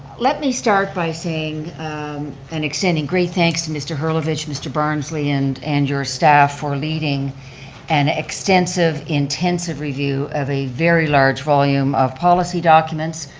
let me start by saying and extending great thanks to mr. herlovitch, mr. barnsley, and and your staff for leading an extensive intensive review of a very large volume of policy documents,